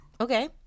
okay